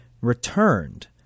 returned